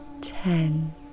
ten